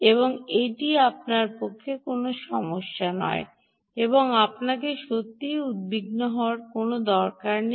এবং এটি আপনার পক্ষে কোনও সমস্যা নয় এবং আপনার সত্যই উদ্বিগ্ন হওয়ার দরকার নেই